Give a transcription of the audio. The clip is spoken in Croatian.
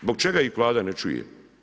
Zbog čega ih Vlada ne čuje?